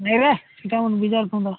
ନାଇଁରେ ମୋତେ ଆଉ ବିଜାର୍ କରନା